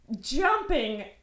Jumping